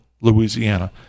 Louisiana